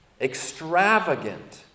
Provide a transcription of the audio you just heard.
extravagant